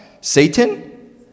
Satan